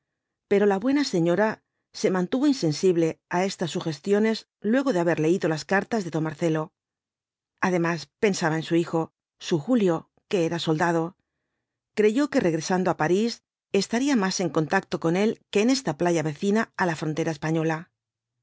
pero la buena señora se mantuvo insensible á estas sugestiones luego de haber leído las cartas de don marcelo además pensaba en su hijo su julio que era soldado creyó que regresando á parís estaría más en contacto con él que en esta playa vecina á la frontera española